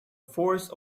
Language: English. forced